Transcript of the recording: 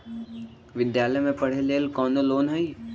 विद्यालय में पढ़े लेल कौनो लोन हई?